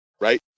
right